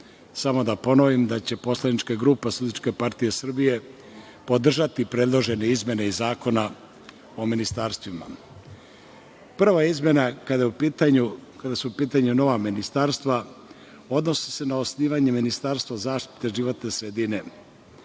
Samo da ponovim da će poslanička grupa SPS podržati predložene izmene iz Zakona o ministarstvima. Prva izmena kada su u pitanju nova ministarstva odnosi se na osnivanje ministarstva zaštite životne sredine.